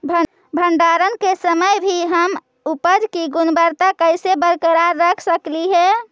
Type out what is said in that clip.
भंडारण के समय भी हम उपज की गुणवत्ता कैसे बरकरार रख सकली हे?